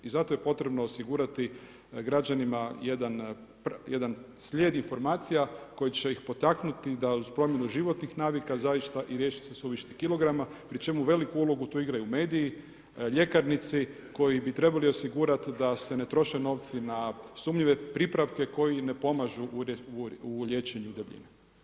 I zato je potrebno osigurati građanima jedan slijed informacija koji će ih potaknuti da uz promjenu životnih navika zaista i riješi se suvišnih kilograma pri čemu veliku ulogu tu igraju mediji, ljekarnici koji bi trebali osigurati da se ne troše novci na sumnjive pripravke koji ne pomažu u liječenju debljine.